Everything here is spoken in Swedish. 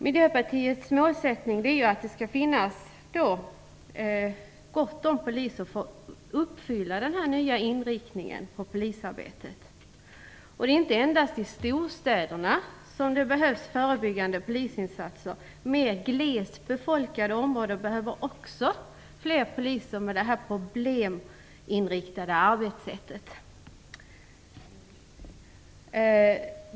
Miljöpartiets målsättning är att det skall finnas gott om poliser för att man skall kunna leva upp till den nya inriktningen av polisarbetet. Det är inte endast i storstäderna som det behövs förebyggande polisinsatser. Mer glest befolkade områden behöver också fler poliser med det här probleminriktade arbetssättet.